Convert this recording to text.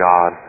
God